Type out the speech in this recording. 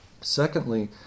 Secondly